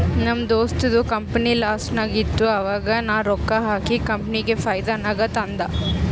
ನಮ್ ದೋಸ್ತದು ಕಂಪನಿ ಲಾಸ್ನಾಗ್ ಇತ್ತು ಆವಾಗ ನಾ ರೊಕ್ಕಾ ಹಾಕಿ ಕಂಪನಿಗ ಫೈದಾ ನಾಗ್ ತಂದ್